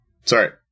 Sorry